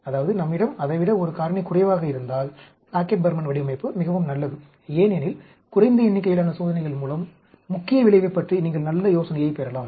அதாவது நம்மிடம் அதை விட ஒரு காரணி குறைவாக இருந்தால் பிளாக்கெட் பர்மன் வடிவமைப்பு மிகவும் நல்லது ஏனெனில் குறைந்த எண்ணிக்கையிலான சோதனைகள் மூலம் முக்கிய விளைவைப் பற்றி நீங்கள் நல்ல யோசனையைப் பெறலாம்